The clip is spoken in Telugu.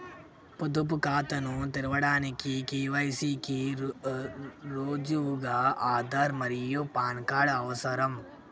పొదుపు ఖాతాను తెరవడానికి కే.వై.సి కి రుజువుగా ఆధార్ మరియు పాన్ కార్డ్ అవసరం